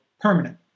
permanent